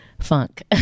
funk